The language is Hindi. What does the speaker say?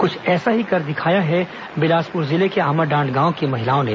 क्छ ऐसा ही कर दिखाया है बिलासपूर जिले के आमाडांड गांव की महिलाओं ने